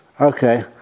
Okay